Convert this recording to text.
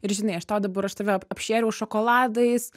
ir žinai aš tau dabar aš tave apšėriau šokoladais